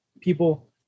people